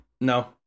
No